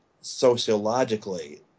sociologically